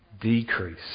decrease